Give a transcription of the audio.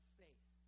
faith